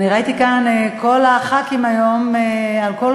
אני ראיתי כאן היום את כל חברי הכנסת,